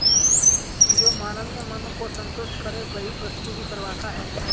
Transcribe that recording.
जो मानवीय मन को सन्तुष्ट करे वही वस्तु की परिभाषा है